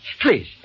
Please